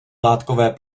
látkové